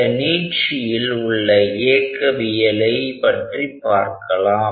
இந்த நீட்சியில் உள்ள இயக்கவியலை பற்றி பார்க்கலாம்